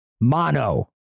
mono